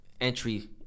entry